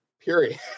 Period